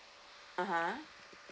(uh huh)